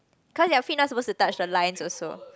cause their feet not supposed to touch the lines also